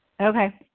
Okay